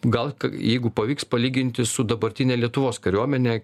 gal jeigu pavyks palyginti su dabartine lietuvos kariuomene